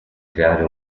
creare